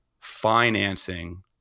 financing